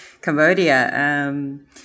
Cambodia